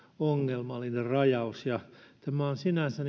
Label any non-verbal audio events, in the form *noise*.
ongelmallinen rajaus tämä on sinänsä *unintelligible*